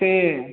ସେ